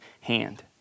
hand